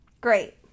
Great